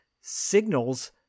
signals